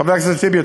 חבר הכנסת טיבי,